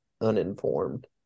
uninformed